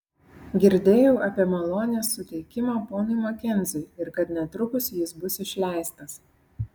girdėjau apie malonės suteikimą ponui makenziui ir kad netrukus jis bus išleistas